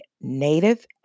Native